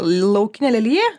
laukinė lelija